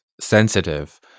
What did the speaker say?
sensitive